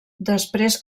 després